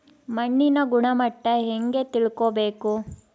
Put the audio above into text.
ಮಣ್ಣಿನ ಗುಣಮಟ್ಟ ಹೆಂಗೆ ತಿಳ್ಕೊಬೇಕು?